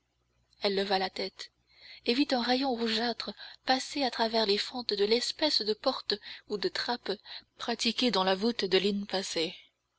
elle leva la tête et vit un rayon rougeâtre passer à travers les fentes de l'espèce de porte ou de trappe pratiquée dans la voûte de